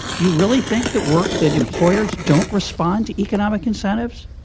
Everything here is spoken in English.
do you really think that work that employers don't respond to economic incentives?